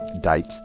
date